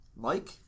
Mike